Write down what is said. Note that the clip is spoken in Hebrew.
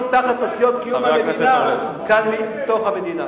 תחת אושיות קיום המדינה בתור המדינה.